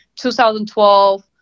2012